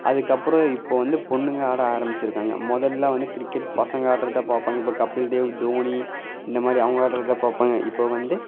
அதுக்கப்புறோம் இப்போ வந்து பொண்ணுங்கள் ஆட ஆரம்மிச்சிருக்காங்க முதல்லாம் வந்து கிரிக்கெட் பசங்க ஆடுறத பார்ப்பாங்க இப்போ கப்பில்தேவ் தோனி இந்த மாதிரி அவங்க ஆடுறத தான் பார்ப்பாங்க இப்போ வந்து